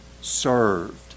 served